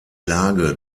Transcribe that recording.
lage